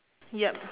yup